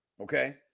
okay